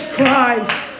Christ